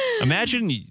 Imagine